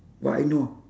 what I know